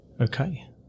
Okay